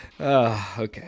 Okay